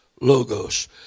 logos